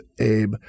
Abe